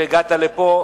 אני רואה שהגעת לפה,